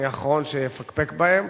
אני האחרון שיפקפק בהם.